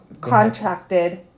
contracted